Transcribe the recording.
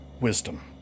wisdom